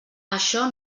això